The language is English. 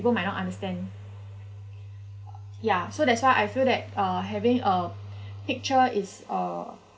people might not understand ya so that's why I feel that uh having a picture is uh